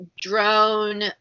drone